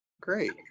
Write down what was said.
Great